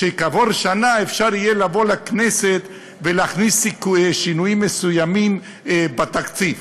שכעבור שנה אפשר יהיה לבוא לכנסת ולהכניס שינויים מסוימים בתקציב,